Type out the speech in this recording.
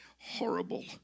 horrible